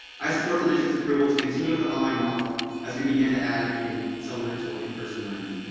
i support the district's approval to continue with the online model as we began to add in supplemental in person learning.